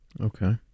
Okay